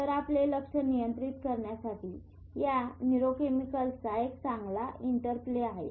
तर आपले लक्ष नियंत्रित करण्यासाठी या न्यूरोकेमिकल्सचा एक चांगला इंटरप्ले आहे